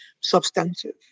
substantive